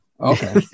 Okay